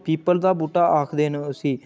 people दा बूह्टा आखदे न उसी